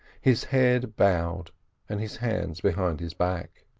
his head bowed and his hands behind his back.